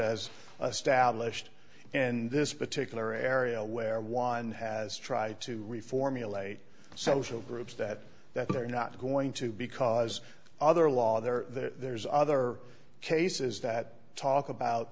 stablished in this particular area where one has tried to reformulate social groups that that they're not going to because other law there there's other cases that talk about